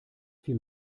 fiel